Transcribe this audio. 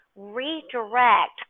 redirect